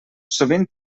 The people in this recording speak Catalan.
sovint